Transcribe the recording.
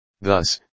Thus